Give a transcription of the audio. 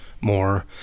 more